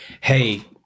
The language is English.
hey